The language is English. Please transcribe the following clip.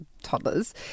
toddlers